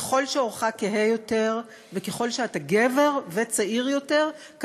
ככל שעורך כהה יותר וככל שאתה גבר וצעיר יותר,